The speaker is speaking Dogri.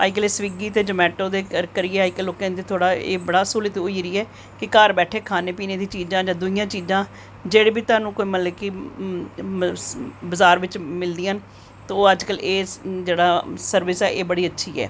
अज्जकल स्विगी ते जोमैटो ते करियै अज्जकल थोह्ड़ा एह् बहोत स्हूलत होई गेदी ऐ की घर बैठे दे खाने पीने दी चीज़ां जां दूई चीज़ां जेह्ड़े बी मतलब की थाह्नूं बजार च मिलदियां न ते अज्जकल एह् जेह्ड़ा सर्विस ऐ एह् बड़ी अच्छी ऐ